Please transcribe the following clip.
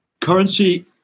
Currency